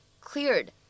cleared